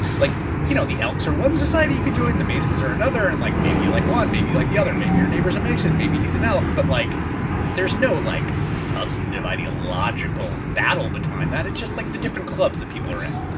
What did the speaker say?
like you know the elks are one society you could join, the masons are another and like maybe you like one, maybe like the other, maybe your neighbor's a mason, maybe he's an elk. but like there's no like substantive ideological battle behind that. it's just like the different clubs that people are in.